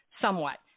somewhat